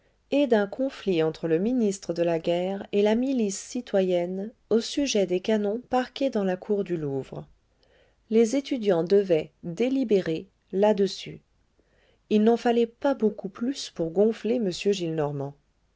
et d'un conflit entre le ministre de la guerre et la milice citoyenne au sujet des canons parqués dans la cour du louvre les étudiants devaient délibérer là-dessus il n'en fallait pas beaucoup plus pour gonfler